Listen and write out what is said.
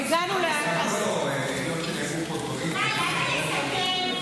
היות שנאמרו פה דברים,